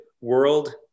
world